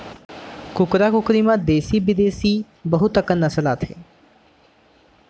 कुकरा कुकरी म देसी बिदेसी बहुत अकन नसल आथे